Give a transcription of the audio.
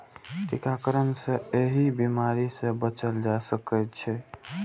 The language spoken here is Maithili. टीकाकरण सं एहि बीमारी सं बचल जा सकै छै